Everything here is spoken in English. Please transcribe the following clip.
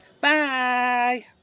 Bye